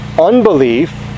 unbelief